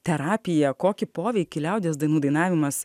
terapija kokį poveikį liaudies dainų dainavimas